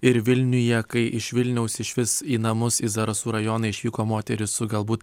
ir vilniuje kai iš vilniaus išvis į namus į zarasų rajoną išvyko moteris su galbūt